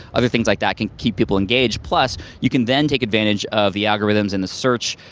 other things like that can keep people engaged, plus you can then take advantage of the algorithms and the search,